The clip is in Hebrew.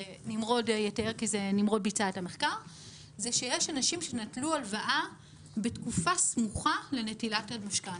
שיש אנשים שנטלו הלוואה בתקופה סמוכה לנטילת המשכנתה.